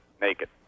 naked